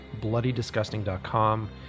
bloodydisgusting.com